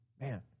Man